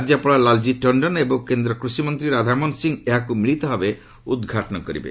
ରାଜ୍ୟପାଳ ଲାଲ୍ଜୀ ଟଶ୍ଚନ ଏବଂ କେନ୍ଦ୍ରକୃଷିମନ୍ତ୍ରୀ ରାଧାମୋହନ ସିଂ ଏହାକୁ ମିଳିତ ଭାବେ ଉଦ୍ଘାଟନ କରିବେ